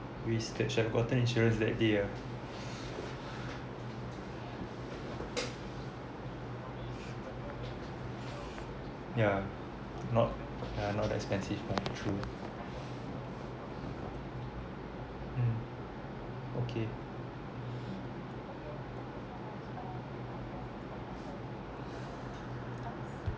we should of gotten insurance that day ah yeah not yeah not that expensive lah true mm okay